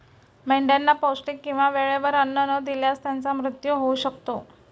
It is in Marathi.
मेंढ्यांना पौष्टिक किंवा वेळेवर अन्न न दिल्यास त्यांचा मृत्यू होऊ शकतो